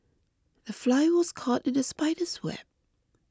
the fly was caught in the spider's web